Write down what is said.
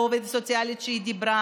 לא עובדת סוציאלית שהיא דיברה